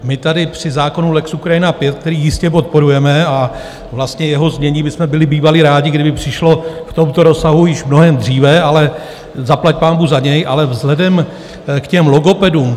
My tady při zákonu lex Ukrajina V, který jistě podporujeme a vlastně jeho znění bychom byli bývali rádi, kdyby přišlo v tomto rozsahu již mnohem dříve, ale zaplaťpánbůh za něj ale vzhledem k těm logopedům.